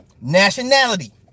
Nationality